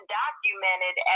documented